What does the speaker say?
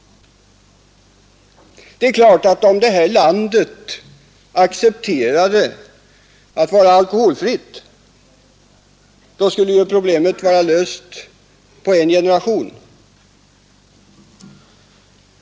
Det är klart att om det här landet accepterade att vara alkoholfritt, så skulle problemet vara löst på en generation.